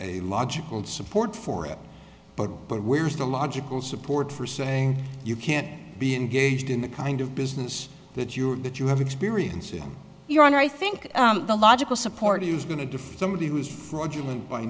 logical support for it but but where's the logical support for saying you can't be engaged in the kind of business that you are that you have experience in your honor i think the logical support to use going to defeat somebody who is fraudulent by